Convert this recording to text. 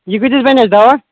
یہِ کۭتِس بَنہِ اَسہِ دَوا